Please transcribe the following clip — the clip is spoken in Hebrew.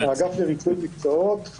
עם האגף לרישוי מקצועות,